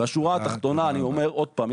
אני אומר עוד פעם,